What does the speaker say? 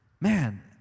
man